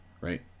right